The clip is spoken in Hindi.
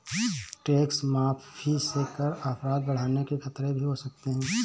टैक्स माफी से कर अपराध बढ़ने के खतरे भी हो सकते हैं